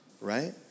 right